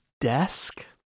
desk